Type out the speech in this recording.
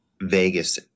Vegas